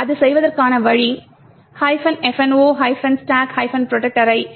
அதைச் செய்வதற்கான வழி fno stack protector ஐக்